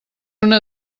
una